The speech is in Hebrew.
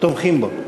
תומכים בו.